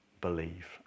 believe